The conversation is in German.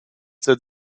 seit